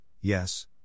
yes